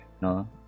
no